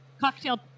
cocktail